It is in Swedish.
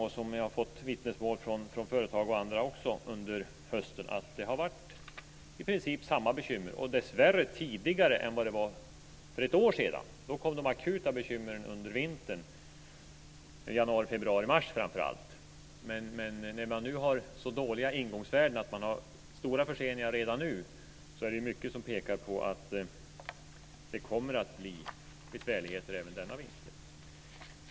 Vi har också fått vittnesmål från företag och andra under hösten att det har varit i princip samma bekymmer. De kommer dessvärre också tidigare än för ett år sedan, då de akuta bekymren kom under vintern, framför allt i januari, februari och mars. När man nu har så dåliga ingångsvärden att man har stora förseningar redan nu är det mycket som pekar på att det kommer att bli besvärligheter även denna vinter.